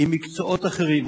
עם מקצועות אחרים,